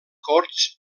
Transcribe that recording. corts